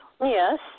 Yes